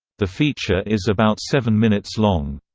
the feature is about seven minutes long.